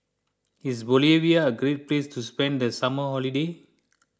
is Bolivia a great place to spend the summer holiday